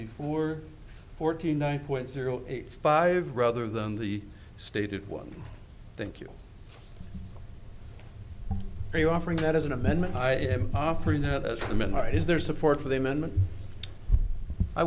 before forty nine point zero eight five rather than the stated one thank you for you offering that as an amendment i am offering a memoir is there is support for the amendment i